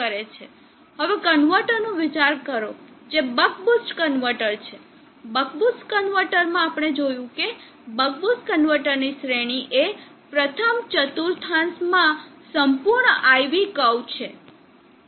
હવે કન્વર્ટરનો વિચાર કરો જે બક બૂસ્ટ કન્વર્ટર છે બક બૂસ્ટ કન્વર્ટર માં આપણે જોયું કે બક બૂસ્ટ કન્વર્ટરની શ્રેણી એ પ્રથમ ચતુર્થાંશમાં સંપૂર્ણ IV કર્વ છે